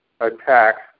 attacks